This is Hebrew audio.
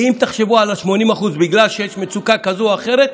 כי אם תחשבו על 80% בגלל שיש מצוקה כזאת או אחרת,